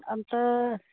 अन्त